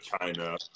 China